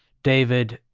david,